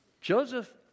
Joseph